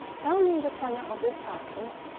tell me the tenor of this parchment?